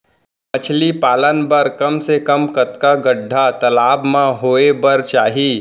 मछली पालन बर कम से कम कतका गड्डा तालाब म होये बर चाही?